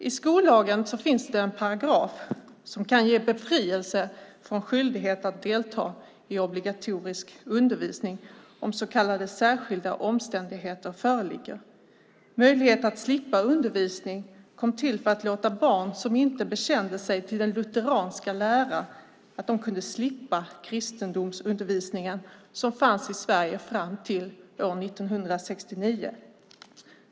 I skollagen finns det en paragraf som kan ge befrielse från skyldigheten att delta i obligatorisk undervisning, om så kallade särskilda omständigheter föreligger. Möjligheten att slippa undervisning kom till för att barn som inte bekände sig till den lutheranska läran skulle kunna slippa den kristendomsundervisning som fanns i Sverige fram till år 1969.